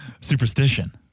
superstition